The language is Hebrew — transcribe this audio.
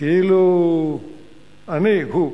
כאילו אני הוא.